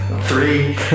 three